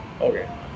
Okay